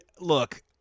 look